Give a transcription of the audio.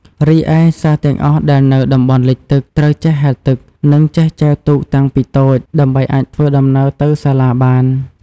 រីឯ សិស្សទាំងអស់ដែលនៅតំបន់លិចទឹក ត្រូវចេះហែលទឹក និងចេះចែវទូកតាំងពីតូច ដើម្បីអាចធ្វើដំណើរទៅសាលាបាន។